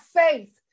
faith